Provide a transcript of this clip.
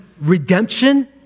redemption